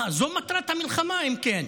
אה, זו מטרת המלחמה, אם כן,